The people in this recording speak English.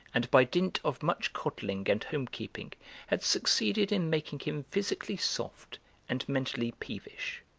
and by dint of much coddling and home-keeping had succeeded in making him physically soft and mentally peevish.